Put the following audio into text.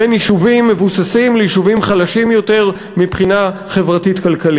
בין יישובים מבוססים ליישובים חלשים יותר מבחינה חברתית-כלכלית.